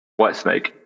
Whitesnake